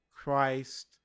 Christ